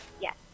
Yes